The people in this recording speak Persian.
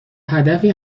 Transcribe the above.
هدفی